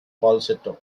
falsetto